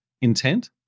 intent